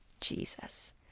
Jesus